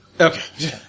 Okay